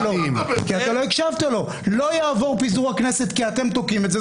לא יעבור פיזור הכנסת כי אתם תוקעים את זה,